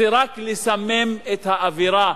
זה רק לסמם את האווירה,